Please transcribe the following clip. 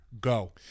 go